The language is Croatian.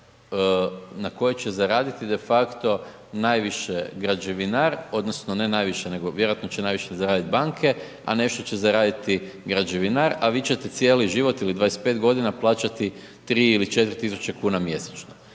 na kojoj će zaraditi defacto najviše građevinar odnosno ne najviše nego vjerojatno će najviše će zaraditi banke, a nešto će zaraditi građevinar, a vi ćete cijeli život ili 25 godina plaćati 3 ili 4.000 kuna mjesečno.